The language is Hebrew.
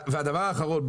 והדבר האחרון,